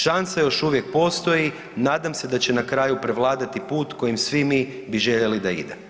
Šansa još uvijek postoji, nadam se da će na kraju prevladati put kojim svi mi bi željeli da ide.